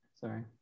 Sorry